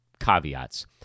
caveats